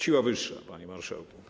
Siła wyższa, panie marszałku.